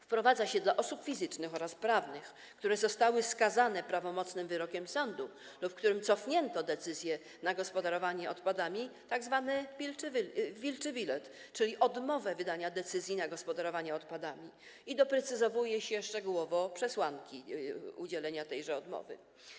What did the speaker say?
Wprowadza się dla osób fizycznych oraz prawnych, które zostały skazane prawomocnym wyrokiem sądu lub którym cofnięto decyzję na gospodarowanie odpadami, tzw. wilczy bilet, czyli odmowę wydania decyzji na gospodarowanie odpadami, i doprecyzowuje się szczegółowo przesłanki udzielenia tejże odmowy.